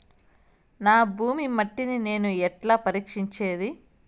నా భూమి మట్టిని నేను ఎట్లా పరీక్షించేది?